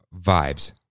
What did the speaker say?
vibes